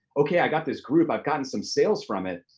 okay, i got this group, i've gotten some sales from it,